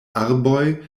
arboj